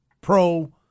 pro